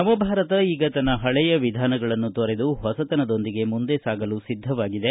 ನವಭಾರತ ಈಗ ತನ್ನ ಪಳೆಯ ವಿಧಾನಗಳನ್ನು ತೊರೆದು ಹೊಸತನದೊಂದಿಗೆ ಮುಂದೆ ಸಾಗಲು ಸಿದ್ದವಾಗಿದೆ